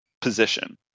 position